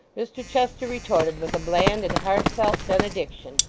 mr chester retorted with a bland and heartfelt benediction,